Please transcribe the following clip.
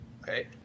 Okay